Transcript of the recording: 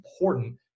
important